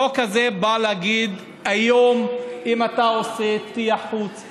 החוק הזה בא להגיד: היום אם אתה עושה טיח חוץ,